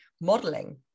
modeling